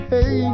Hey